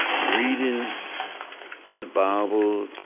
reading the bible,